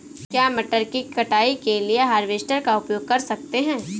क्या मटर की कटाई के लिए हार्वेस्टर का उपयोग कर सकते हैं?